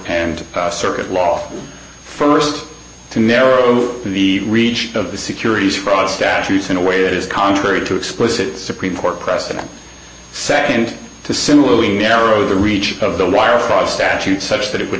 and circuit law for st to narrow the reach of the securities fraud statutes in a way that is contrary to explicit supreme court precedent set and to similarly narrow the reach of the wire fraud statute such that it would